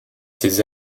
ces